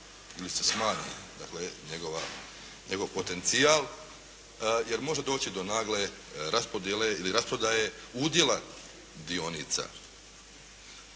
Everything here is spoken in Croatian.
ili se smanji dakle njegov potencijal jer može doći do nagle raspodjele ili rasprodaje udjela dionica.